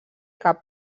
cap